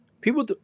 People